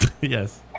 Yes